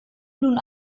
nun